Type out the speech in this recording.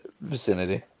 vicinity